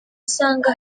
usanga